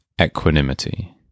equanimity